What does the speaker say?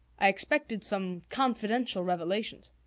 i expected some confidential revelations.